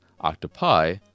octopi